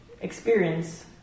experience